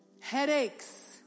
Headaches